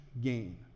gain